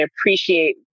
appreciate